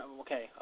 Okay